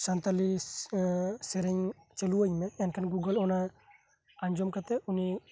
ᱥᱮᱨᱮᱧ ᱪᱟᱞᱩᱣᱟᱹᱧ ᱢᱮ ᱮᱱᱠᱷᱟᱱ ᱜᱩᱜᱩᱞ ᱚᱱᱟ ᱟᱸᱡᱚᱢ ᱠᱟᱛᱮ ᱥᱟᱱᱛᱟᱞᱤ ᱥᱮᱨᱮᱧᱮ